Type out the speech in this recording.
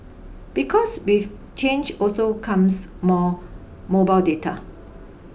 because with change also comes more mobile data